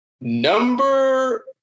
Number